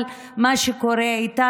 על מה שקורה איתה,